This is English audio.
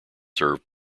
served